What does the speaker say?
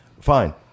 fine